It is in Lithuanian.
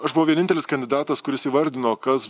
aš buvau vienintelis kandidatas kuris įvardino kas